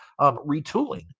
retooling